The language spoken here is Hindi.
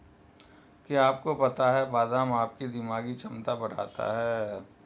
क्या आपको पता है बादाम आपकी दिमागी क्षमता बढ़ाता है?